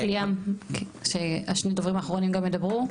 רק ליאם, ששני הדוברים האחרונים גם ידברו.